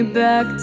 back